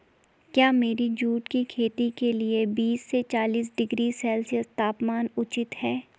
क्या मेरी जूट की खेती के लिए बीस से चालीस डिग्री सेल्सियस तापमान उचित है?